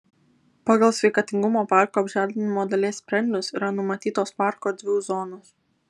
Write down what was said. pagal sveikatingumo parko apželdinimo dalies sprendinius yra numatytos parko erdvių zonos